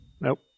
nope